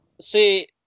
See